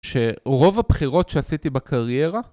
שרוב הבחירות שעשיתי בקריירה